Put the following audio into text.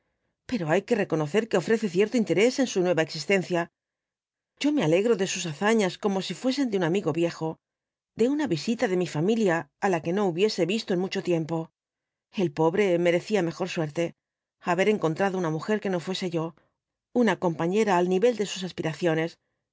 pero hay que reconocer que ofrece cierto interés en su nueva existencia yo me alegro de sus hazañas como si fuesen de un amigo viejo de una visita de mi familia á la que no hubiese visto en mucho tiempo el pobre merecía mejor suerte haber encontrado una mujer que no fuese yo una compañera al nivel de sus aspiraciones